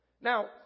Now